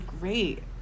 great